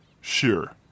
Sure